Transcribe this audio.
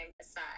aside